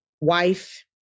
wife